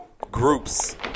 Groups